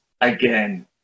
again